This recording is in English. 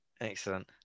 Excellent